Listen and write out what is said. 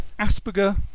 Asperger